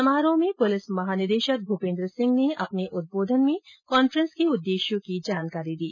समारोह में पुलिस महानिदेशक भूपेन्द्र सिंह ने अपने उदबोधन में कान्फ्रेंस के उददेश्यों की जानकारी दी